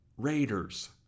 Raiders